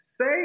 say